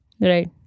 Right